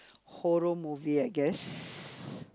horror movie I guess